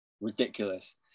Ridiculous